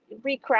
recraft